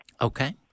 Okay